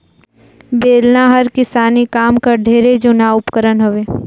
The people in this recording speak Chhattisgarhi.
बेलना हर किसानी काम कर ढेरे जूना उपकरन हवे